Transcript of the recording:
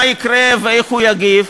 מה יקרה ואיך הוא יגיב,